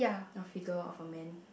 of figure of the man